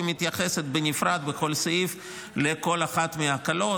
היא מתייחסת בנפרד בכל סעיף לכל אחת מההקלות,